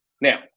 Now